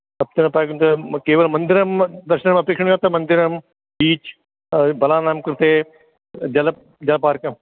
सप्तदिन package तत् केवलं मन्दिरं दर्शनमपेक्षमा मन्दिरं बीच् बालानं कृते जल जलपार्कं